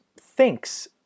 thinks